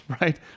Right